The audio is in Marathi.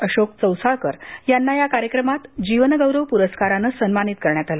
अशोक चौसाळकर यांना या कार्यक्रमात जीवनगौरव पुरस्कारानं सन्मानित करण्यात आलं